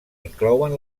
inclouen